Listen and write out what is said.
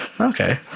Okay